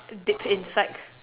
dip inside